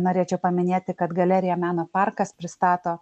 norėčiau paminėti kad galerija meno parkas pristato